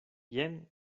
jen